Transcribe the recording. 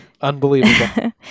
unbelievable